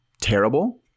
terrible